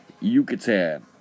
Yucatan